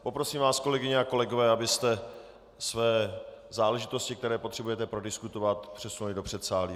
Poprosím vás, kolegyně kolegové, abyste své záležitosti, které potřebujete prodiskutovat, přesunuli do předsálí.